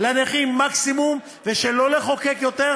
לנכים למקסימום ולא לחוקק יותר